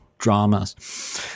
dramas